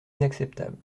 inacceptable